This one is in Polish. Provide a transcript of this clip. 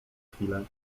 chwilę